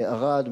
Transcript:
מערד,